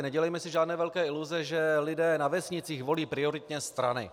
Nedělejme si žádné velké iluze, že lidé na vesnicích volí prioritně strany.